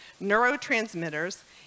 neurotransmitters